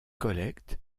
collecte